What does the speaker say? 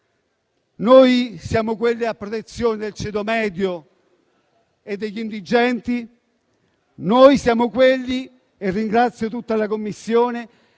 Noi siamo quelli a protezione del ceto medio e degli indigenti. Noi siamo quelli - e ringrazio tutta la Commissione